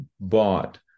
bought